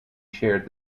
chaired